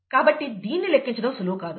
కాబట్టి దీన్ని లెక్కించడం సులువు కాదు